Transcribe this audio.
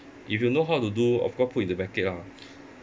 if you know how to do of course put in the market ah